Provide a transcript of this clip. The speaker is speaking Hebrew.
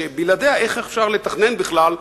שבלעדיה איך אפשר לתכנן בכלל,